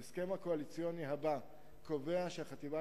ההסכם הקואליציוני הבא קובע שהחטיבה